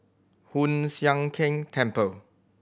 Hoon Sian Keng Temple